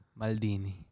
Maldini